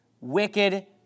wicked